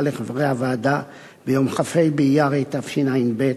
לחברי הוועדה ביום כ"ה באייר התשע"ב,